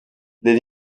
les